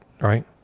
right